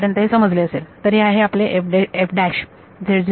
आतापर्यंत समजले असेल